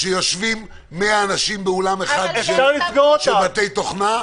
שיושבים 100 אנשים באולם אחד של בתי תוכנה?